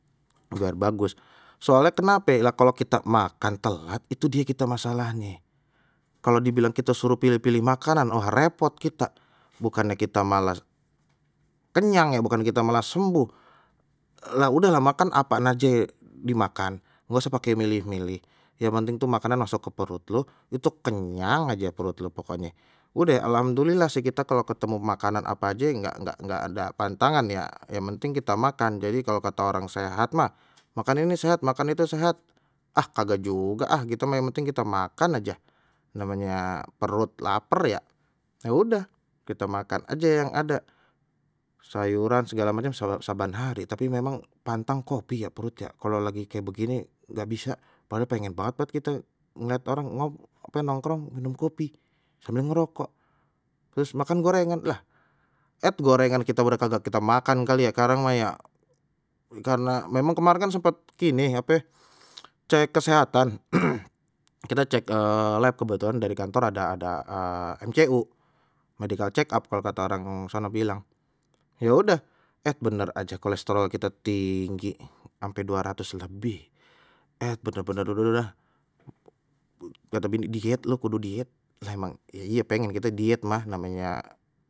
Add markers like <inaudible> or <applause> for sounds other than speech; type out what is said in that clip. Biar bagus soalnye kenape kalau kita makan telat itu die kita masalahnye kalau dibilang kita suruh pilih-pilih makanan oh repot, kita bukannya kita malas kenyang ya bukan kita malah sembuh lha udahlah makan apaan aje dimakan, enggak usah pakai milih-milih ya mending tuh makanan masuk ke perut lu itu kenyang aje perut lu pokoknye udeh alhamdulillah sih, kita kalau ketemu makanan apa aje nggak nggak ngak ada pantangan ya yang penting kita makan, jadi kalau kata orang sehat mah makan ini sehat makan itu sehat, ah kagak juga ah itu mah yang penting kita makan aja namanya perut lapar ya, ya udah kita makan aja yang ada sayuran segala macem tapi saban saban hari tapi memang pantang kok <unintelligible> perut ya kalau lagi kayak begini nggak bisa, padahal pengen banget pa kita lihat orang ngo ape nongkrong minum kopi sambil ngerokok terus makan gorengan lah et gorengan kita udah kagak kita makan kali ya sekarang mah, ya karena memang kemarin kan sempet ini ape cek kesehatan <noise> kita cek lab kebetulan dari kantor ada ada <hesitation> mcu, medical check up kata orang sono bilang ya udah. Eh bener aja kolesterol kita tinggi ampe dua ratus lebih et bener-bener dah dah dah dah, kata bini dietlu kudu diet, ya emang ye iye pengen gitu diet mah namanya.